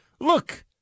Look